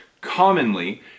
commonly